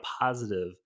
positive